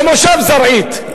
במושב זרעית,